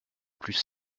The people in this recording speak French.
plus